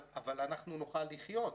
אבל אנחנו נוכל לחיות,